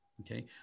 Okay